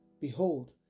behold